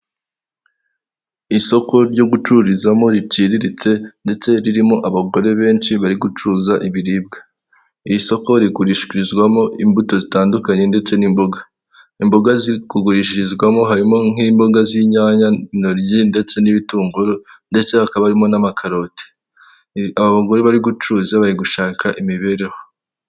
iyi ni inzu nziza yo mu bwoko bwa etaje igerekeranyijemo inshuro ebyiri igizwe n'amabara y'umuhondo amadirishya ni umukara n'inzugi nuko ifite imbuga nini ushobora gukiniramo wowe nabawe mwishimana.